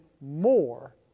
more